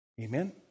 Amen